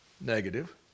negative